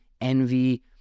envy